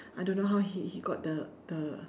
I don't know how he he got the the